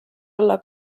alla